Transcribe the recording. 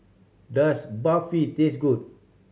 does Barfi taste good